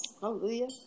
Hallelujah